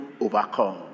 overcome